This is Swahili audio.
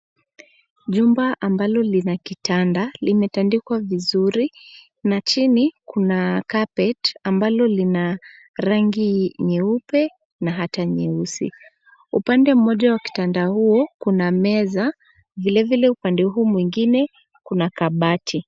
Jumba ambalo linakitanda limetadikwa vizuri na chini kuna carpet ambalo ni la rangi nyeupe na hata nyeusi. Upande mmoja wa huo kuna meza vile vile upande huu mwingine kuna kabati.